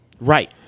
Right